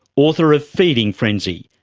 author of feeding frenzy,